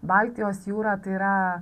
baltijos jūrą tai yra